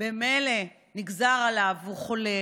שממילא נגזר עליו והוא חולה,